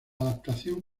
adaptación